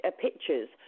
pictures